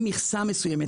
מכסה מסוימת,